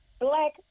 Black